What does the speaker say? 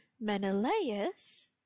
Menelaus